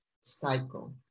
cycle